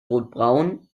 rotbraun